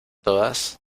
todas